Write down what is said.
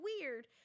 weird